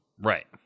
right